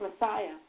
Messiah